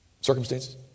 Circumstances